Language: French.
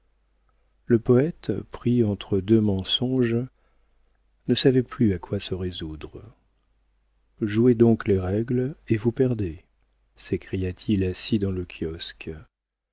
le poëte pris entre deux mensonges ne savait plus à quoi se résoudre jouez donc les règles et vous perdez s'écria-t-il assis dans le kiosque